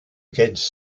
against